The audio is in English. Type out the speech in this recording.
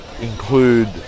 include